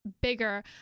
bigger